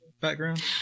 background